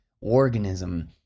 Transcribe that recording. organism